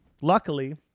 Luckily